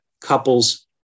Couples